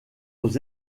aux